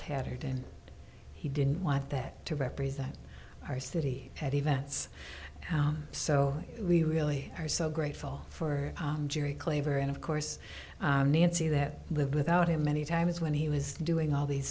tattered and he didn't want that to represent our city had events so we really are so grateful for gerry cleaver and of course see that live without him many times when he was doing all these